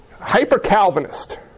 Hyper-Calvinist